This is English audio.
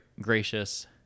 gracious